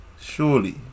Surely